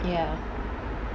ya